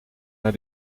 naar